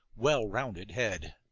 well-rounded head.